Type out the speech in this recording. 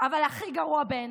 אבל הכי גרוע בעיניי,